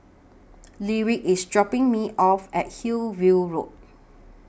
Lyric IS dropping Me off At Hillview Road